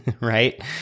right